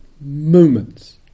moments